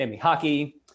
hockey